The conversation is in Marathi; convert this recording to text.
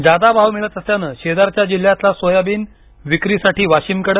जादा भाव मिळत असल्यानं शेजारच्या जिल्ह्यातला सोयाबिन विक्रीसाठी वाशिमकडे